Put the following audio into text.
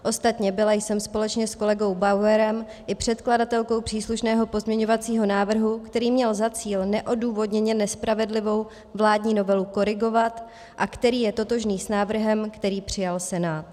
Ostatně byla jsem společně s kolegou Bauerem i předkladatelkou příslušného pozměňovacího návrhu, který měl za cíl neodůvodněně nespravedlivou vládní novelu korigovat a který je totožný s návrhem, který přijal Senát.